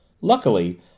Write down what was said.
Luckily